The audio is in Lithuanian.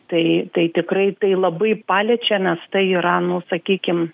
tai tai tikrai tai labai paliečia nes tai yra nu sakykim